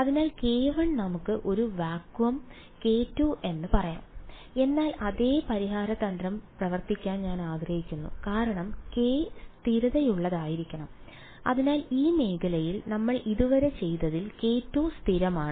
അതിനാൽ k1 നമുക്ക് ഒരു വാക്വം k2 എന്ന് പറയാം എന്നാൽ അതേ പരിഹാര തന്ത്രം പ്രവർത്തിക്കാൻ ഞാൻ ആഗ്രഹിക്കുന്നു കാരണം k സ്ഥിരതയുള്ളതായിരിക്കണം അതിനാൽ ഈ മേഖലയിൽ നമ്മൾ ഇതുവരെ ചെയ്തതിൽ k2 സ്ഥിരമാണ്